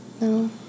No